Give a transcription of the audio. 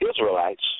Israelites